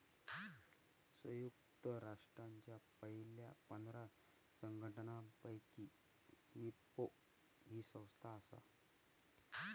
संयुक्त राष्ट्रांच्या पयल्या पंधरा संघटनांपैकी विपो ही संस्था आसा